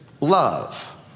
love